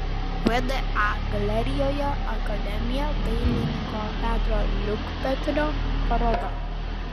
vda galerijoje akademija dailininko petro liukpetrio paroda